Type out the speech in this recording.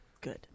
Good